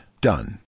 Done